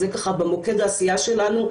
זה ככה במוקד העשייה שלנו,